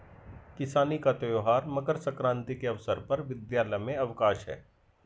किसानी का त्यौहार मकर सक्रांति के अवसर पर विद्यालय में अवकाश है